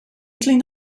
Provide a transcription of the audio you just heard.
clean